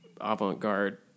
avant-garde